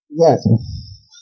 yes